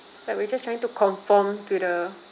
like we're just trying to conform to the